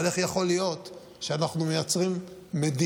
אבל איך יכול להיות שאנחנו מייצרים מדינה